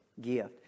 gift